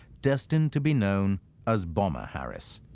destined to be known as bomber harris.